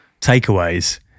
takeaways